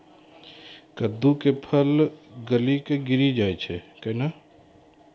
कददु के फल गली कऽ गिरी जाय छै कैने?